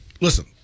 Listen